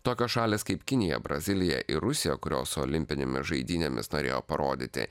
tokios šalys kaip kinija brazilija ir rusija kurios olimpinėmis žaidynėmis norėjo parodyti